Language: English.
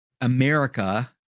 America